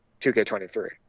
2K23